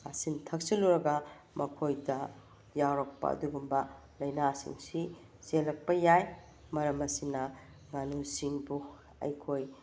ꯆꯥꯁꯤꯟ ꯊꯛꯆꯤꯜꯂꯨꯔꯒ ꯃꯈꯣꯏꯗ ꯌꯥꯎꯔꯛꯄ ꯑꯗꯨꯒꯨꯝꯕ ꯂꯩꯅꯥꯁꯤꯡꯁꯤ ꯆꯦꯜꯂꯛꯄ ꯌꯥꯏ ꯃꯔꯝ ꯑꯁꯤꯅ ꯉꯥꯅꯨꯁꯤꯡꯕꯨ ꯑꯩꯈꯣꯏ